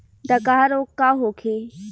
डकहा रोग का होखे?